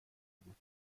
بود